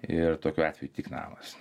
ir tokiu atveju tik namas